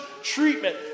Treatment